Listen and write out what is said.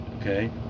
okay